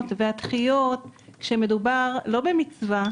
כ"ז באדר התשפ"א.